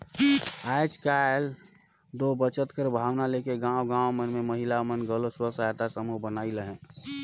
आएज काएल दो बचेत कर भावना ल लेके गाँव गाँव मन में महिला मन घलो स्व सहायता समूह बनाइन अहें